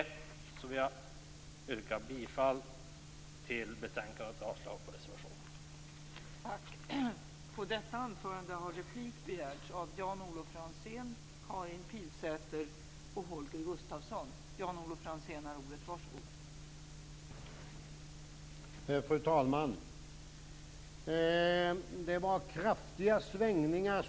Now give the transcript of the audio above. Med det vill jag yrka bifall till utskottets hemställan och avslag på reservationen.